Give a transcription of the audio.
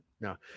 No